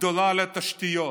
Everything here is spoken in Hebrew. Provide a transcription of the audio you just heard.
גדולה על תשתיות.